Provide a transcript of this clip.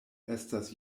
estas